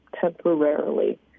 temporarily